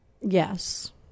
Yes